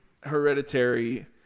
hereditary